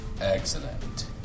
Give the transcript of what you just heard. Excellent